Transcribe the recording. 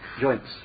joints